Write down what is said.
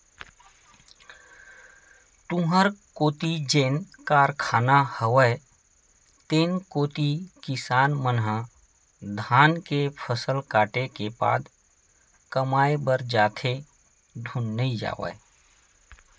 तुँहर कोती जेन कारखाना हवय तेन कोती किसान मन ह धान के फसल कटे के बाद कमाए बर जाथे धुन नइ जावय?